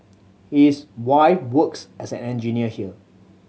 his wife works as an engineer here